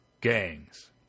gangs